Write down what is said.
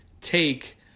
Take